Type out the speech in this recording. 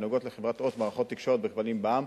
הנוגעות ל"חברת הוט מערכות תקשורת בכבלים בע"מ",